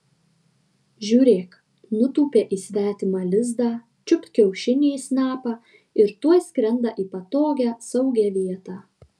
žiūrėk nutūpė į svetimą lizdą čiupt kiaušinį į snapą ir tuoj skrenda į patogią saugią vietą